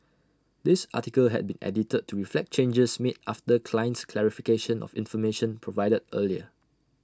this article had been edited to reflect changes made after client's clarification of information provided earlier